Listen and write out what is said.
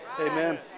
Amen